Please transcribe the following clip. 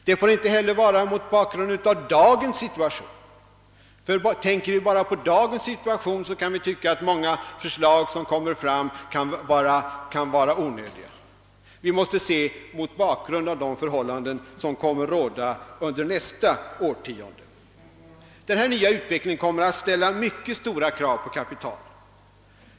Det får inte heller vara mot bakgrund av dagens situation, ty tänker vi bara på den kan vi tycka att många förslag som presenteras är onödiga. Vi måste göra våra bedömningar mot bakgrund av de förhållanden som kommer att råda under nästa årtionde, Denna nya utveckling kommer att ställa mycket stora krav på kapital.